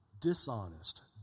dishonest